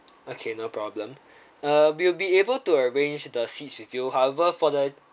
okay no problem uh we'll be able to arrange the seats with you however for the uh